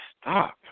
stop